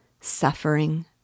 suffering